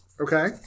Okay